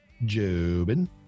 Jobin